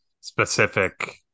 specific